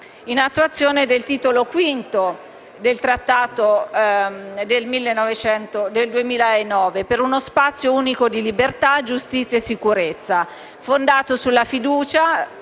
in attuazione del titolo V del Trattato europeo del 2009, per uno spazio unico di libertà, giustizia e sicurezza fondato sulla fiducia